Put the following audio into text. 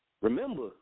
remember